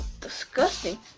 disgusting